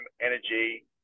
energy